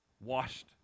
Washed